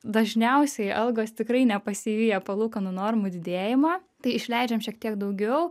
dažniausiai algos tikrai nepasivija palūkanų normų didėjimo tai išleidžiam šiek tiek daugiau